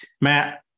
Matt